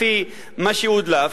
לפי מה שהודלף,